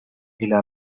إلى